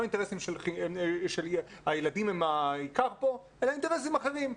לא אינטרסים שהילדים הם העיקר פה אלא אינטרסים אחרים,